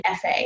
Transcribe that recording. FA